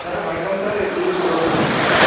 sir வணக்கம் sir இது TV show ரூம்லிருந்து பேசுகிறேன் சார்